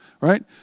Right